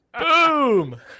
Boom